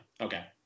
okay